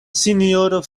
sinjoro